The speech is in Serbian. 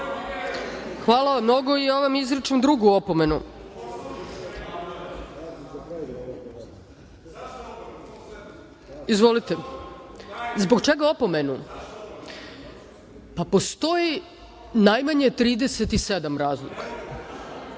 Hvala vam mnogo. Ja vam izričem drugu opomenu. Zbog čega opomenu? Pa postoji najmanje 37 razloga,